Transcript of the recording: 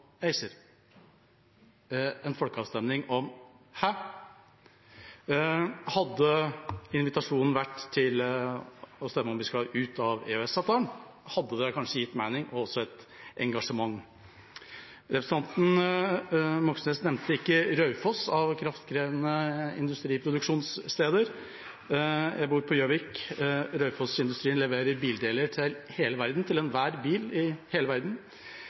ACER: En folkeavstemning om – hæ? Hadde invitasjonen vært å stemme på om vi skal ut av EØS-avtalen, hadde det kanskje gitt mening og også et engasjement. Av kraftkrevende industriproduksjonssteder nevnte ikke representanten Moxnes Raufoss. Jeg bor på Gjøvik, og Raufoss-industrien leverer bildeler til hele verden, til enhver bil i hele verden.